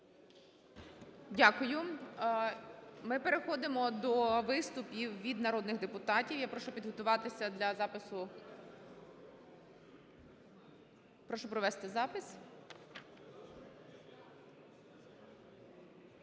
Дякую. Ми переходимо до виступів від народних депутатів. Я прошу приготуватися для запису. Прошу провести запис.